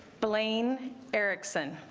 blaine erickson